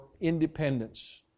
independence